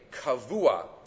kavua